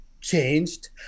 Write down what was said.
changed